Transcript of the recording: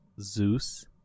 Zeus